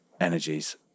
energies